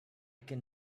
can